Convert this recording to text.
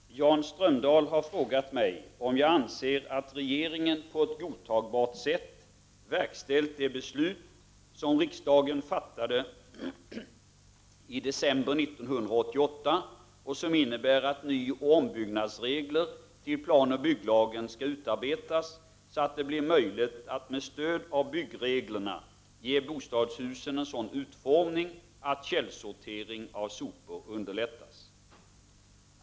Herr talman! Jan Strömdahl har frågat mig om jag anser att regeringen på ett godtagbart sätt verkställt det beslut som riksdagen fattade i december 1988, och som innebär att nyoch ombyggnadsregler till planoch bygglagen skall utarbetas så att det blir möjligt att med stöd av byggreglerna ge bostadshusen en sådan utformning att källsortering av sopor underlättas.